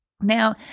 Now